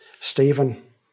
Stephen